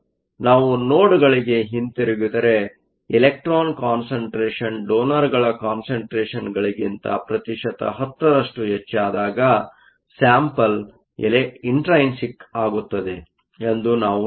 ನಾವು ನೋಡ್ಗಳಿಗೆ ಹಿಂತಿರುಗಿದರೆ ಎಲೆಕ್ಟ್ರಾನ್ ಕಾನ್ಸಂಟ್ರೇಷನ್ ಡೋನರ್ಗಳ ಕಾನ್ಸಂಟ್ರೇಷನ್ಗಳಿಗಿಂತ ಪ್ರತಿಶತ10 ರಷ್ಟು ಹೆಚ್ಚಾದಾಗ ಸ್ಯಾಂಪಲ್ ಇಂಟ್ರೈನ್ಸಿಕ್Intrinsic ಆಗುತ್ತದೆ ಎಂದು ನಾವು ಹೇಳುತ್ತೇವೆ